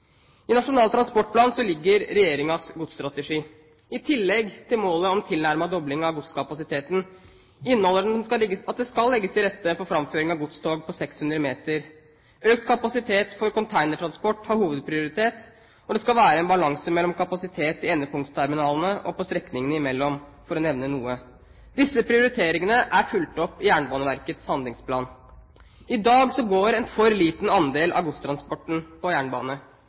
I Nasjonal transportplan ligger regjeringens godsstrategi. I tillegg til målet om tilnærmet dobling av godskapasiteten inneholder den at det skal legges til rette for framføring av godstog på 600 meter, økt kapasitet for containertransport har hovedprioritet, og det skal være balanse mellom kapasitet i endepunktsterminalene og på strekningene mellom – for å nevne noe. Disse prioriteringene er fulgt opp i Jernbaneverkets handlingsplan. I dag går en for liten andel av godstransporten på jernbane.